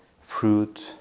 fruit